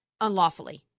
unlawfully